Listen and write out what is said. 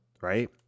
right